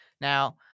Now